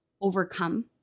overcome